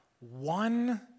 one